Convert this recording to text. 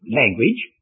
language